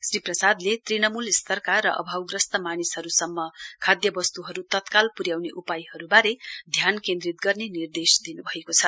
श्री प्रसादले तृणमूल स्तरका र अभावग्रस्त मानिसहरूसम्म खाद्य वस्तुहरू तत्काल पुर्याउने उपायहरूबारे ध्यान केन्द्रित गर्ने निर्देश दिनुभएकोछ